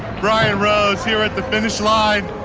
brian rose, you're at the finish line,